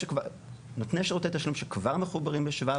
נותני שירותי תשלום שכבר מחוברים לשבא,